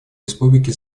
республики